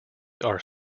are